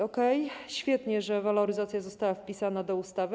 Okej, świetnie, że waloryzacja została wpisana do ustawy.